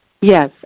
yes